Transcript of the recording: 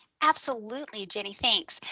absolutely, jenny, thanks.